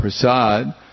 prasad